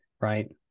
right